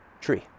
tree